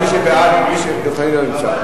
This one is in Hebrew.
מי שבעד, דב חנין לא נמצא.